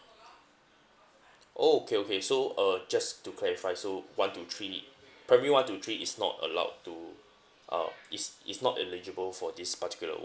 oh okay okay so uh just to clarify so one to three primary one to three is not allowed to uh is is not eligible for this particular award